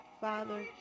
Father